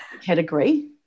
category